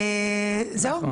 זהו,